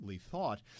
Thought